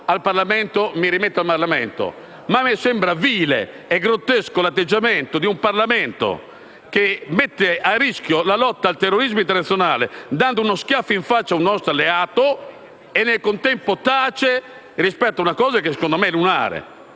al Parlamento «mi rimetto al Parlamento», ma mi sembra vile e grottesco l'atteggiamento di un Parlamento che mette a rischio la lotta al terrorismo internazionale dando uno schiaffo in faccia ad un nostro alleato e nel contempo tace rispetto a una cosa che secondo me è lunare,